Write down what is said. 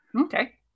Okay